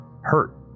hurt